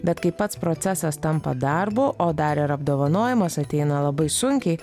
bet kai pats procesas tampa darbu o dar ir apdovanojimas ateina labai sunkiai